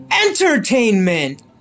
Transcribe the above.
Entertainment